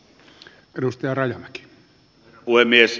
herra puhemies